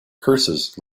curses